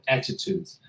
Attitudes